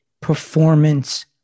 Performance